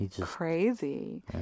crazy